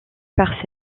par